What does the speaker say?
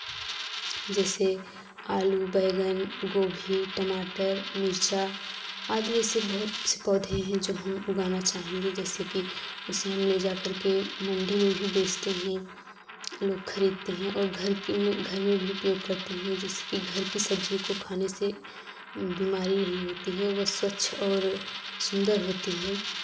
जैसे आलू बैंगन गोभी टमाटर मिर्चा आदि ऐसे बहुत से पौधे हैं जो हम उगाना चाहेंगे जैसे कि उसे हम ले जाकर के मंडी में भी बेचते हैं लोग खरीदते हैं और घर में भी उपयोग करते हैं जैसे कि घर की सब्जी को खाने से बीमारी नहीं होती है वह स्वच्छ और सुंदर होती है